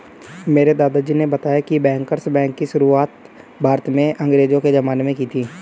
मेरे दादाजी ने बताया की बैंकर्स बैंक की शुरुआत भारत में अंग्रेज़ो के ज़माने में की थी